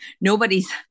nobody's